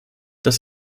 das